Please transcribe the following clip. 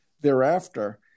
Thereafter